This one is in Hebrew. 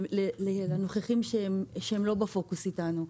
לנוכחים שהם לא בפוקוס איתנו.